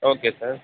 okay sir